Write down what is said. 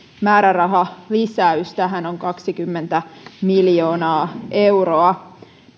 määrärahalisäys tähän on kaksikymmentä miljoonaa euroa